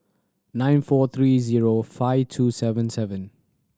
nine four three zero five two seven seven